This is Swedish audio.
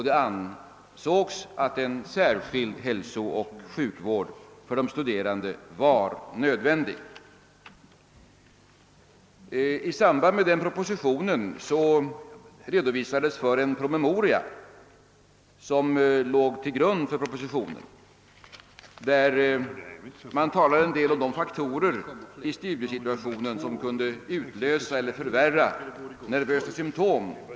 Då ansågs en särskild hälsooch sjukvård för de studerande vara nödvändig. I samband med den propositionen redovisades även en promemoria som legat till grund för propositionen och i vilken det talades om en del faktorer i studiesituatio nen som kunde utlösa eller förvärra nervösa symptom.